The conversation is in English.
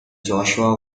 joshua